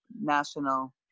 National